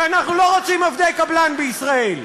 שאנחנו לא רוצים עובדי קבלן בישראל.